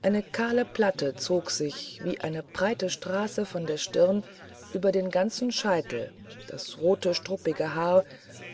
eine kahle platte zog sich wie eine breite straße von der stirn über den ganzen scheitel das rote struppige haar